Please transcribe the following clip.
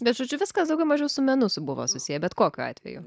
bet žodžiu viskas daugau mažiau su menu su buvo susiję bet kokiu atveju